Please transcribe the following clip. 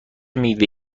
میوه